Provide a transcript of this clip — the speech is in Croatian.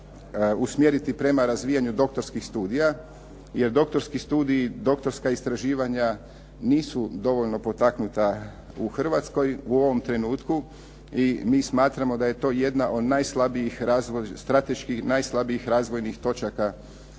usmjeriti prema razvijanju doktorskih studija jer doktorski studiji, doktorska istraživanja nisu dovoljno potaknuta u Hrvatskoj u ovom trenutku i mi smatramo da je to jedna od strateški najslabijih razvojnih točaka Hrvatske.